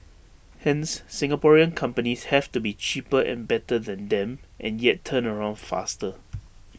hence Singaporean companies have to be cheaper and better than them and yet turnaround faster